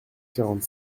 quarante